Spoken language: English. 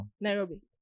Nairobi